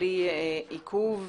בלי עיכוב,